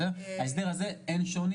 בהסדר הזה אין שוני,